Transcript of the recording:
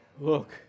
Look